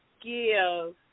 give